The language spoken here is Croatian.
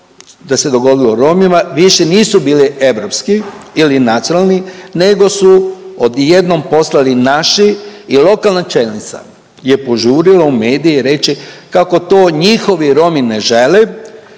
da se dogodilo Romima više nisu bile europski ili nacionalni nego su odjednom postali naši i lokalna čelnica je požurila u medije reći kako to njihovi Romi ne žele,